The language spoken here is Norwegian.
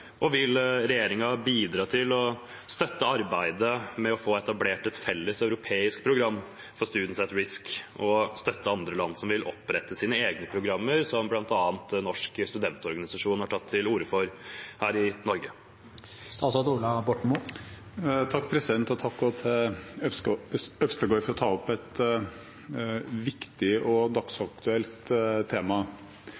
og vil regjeringen bidra til å støtte arbeidet med å få etablert et felles europeisk program for Students at Risk og støtte andre land som vil opprette sine egne programmer, som bl.a. Norsk studentorganisasjon har tatt til orde for her i Norge? Takk til Øvstegård for å ta opp et viktig og